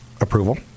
approval